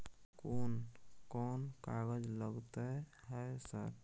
कोन कौन कागज लगतै है सर?